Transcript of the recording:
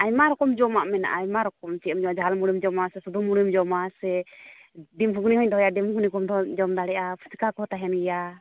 ᱟᱭᱢᱟ ᱨᱚᱠᱚᱢ ᱡᱚᱢᱟᱜ ᱢᱮᱱᱟᱜᱼᱟ ᱟᱭᱢᱟ ᱨᱚᱠᱚᱢ ᱪᱮᱫ ᱮᱢ ᱡᱚᱢᱟ ᱡᱷᱟᱞ ᱢᱩᱲᱤᱢ ᱡᱚᱢᱟ ᱥᱮ ᱥᱩᱫᱷᱩ ᱢᱩᱲᱤᱢ ᱡᱚᱢᱟ ᱥᱮ ᱰᱤᱢ ᱜᱷᱩᱜᱽᱱᱤ ᱦᱚᱧ ᱫᱚᱦᱚᱭᱟ ᱰᱤᱢ ᱜᱷᱩᱜᱽᱱᱤ ᱠᱚ ᱡᱚᱢ ᱫᱟᱲᱮᱜᱼᱟ ᱯᱷᱩᱪᱠᱟ ᱠᱚᱦᱚᱸ ᱛᱟᱦᱮᱱ ᱜᱮᱭᱟ